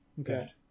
okay